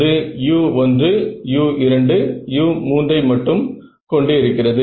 அது u1u2u3 ஐ மட்டும் கொண்டு இருக்கிறது